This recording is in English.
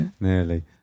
Nearly